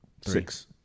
Six